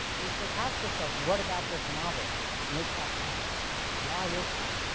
and you should ask yourself what about this novel makes that possible why is that,